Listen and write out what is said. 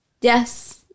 Yes